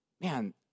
Man